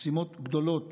משימות גדולות